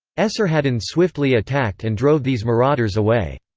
esarhaddon swiftly attacked and drove these marauders away.